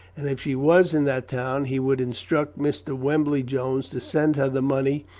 and if she was in that town he would instruct mr. wembly-jones to send her the money,